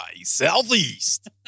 Southeast